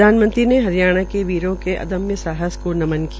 प्रधानमंत्री ने हरियाणा के वीरों के अदम्य साहस को नमन किया